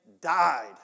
died